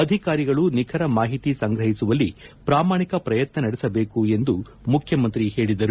ಅಧಿಕಾರಿಗಳು ನಿಖರ ಮಾಹಿತಿ ಸಂಗ್ರಹಿಸುವಲ್ಲಿ ಪ್ರಾಮಾಣಿಕ ಪ್ರಯತ್ನ ನಡೆಸಬೇಕು ಎಂದು ಮುಖ್ಯಮಂತ್ರಿ ಹೇಳಿದರು